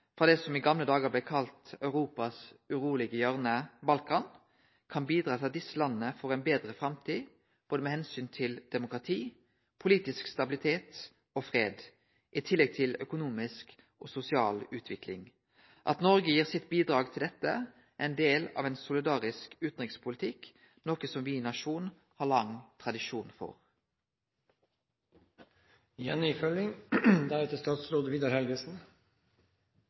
frå det som i gamle dagar blei kalla Europas urolege hjørne, Balkan, kan bidra til at desse landa kan få ei betre framtid med omsyn til demokrati, politisk stabilitet og fred, i tillegg til økonomisk og sosial utvikling. At Noreg gir sitt bidrag til dette, er ein del av ein solidarisk utanrikspolitikk – noko som vi som nasjon, har lang tradisjon